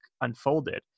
unfolded